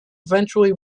eventually